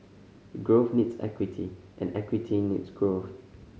growth needs equity and equity needs growth